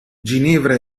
ginevra